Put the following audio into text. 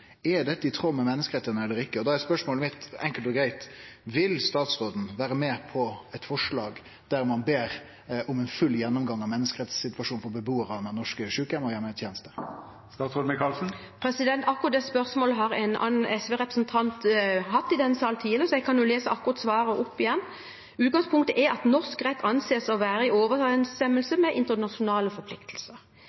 Er dette i tråd med menneskerettane – eller ikkje? Da er spørsmålet mitt, enkelt og greitt: Vil statsråden vere med på eit forslag der ein ber om ein full gjennomgang av menneskerettssituasjonen for bebuarane på norske sjukeheimar og dei som mottar heimetenester? Akkurat det spørsmålet har en annen SV-representant stilt i denne salen tidligere, så jeg kan jo lese opp svaret mitt på det igjen: Utgangspunktet er at norsk rett anses å være i